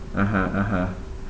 (uh huh) (uh huh)